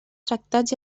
tractats